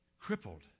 Crippled